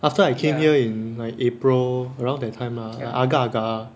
after I came here in like april around that time lah agak agak